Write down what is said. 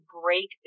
break